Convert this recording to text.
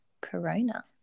corona